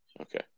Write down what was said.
Okay